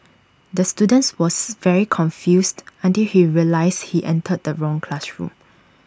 the students was very confused until he realised he entered the wrong classroom